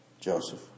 Joseph